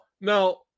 now